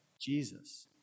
Jesus